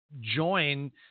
join